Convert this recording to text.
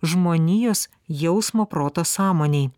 žmonijos jausmo proto sąmonei